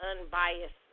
unbiased